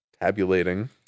tabulating